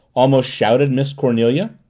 almost shouted miss cornelia.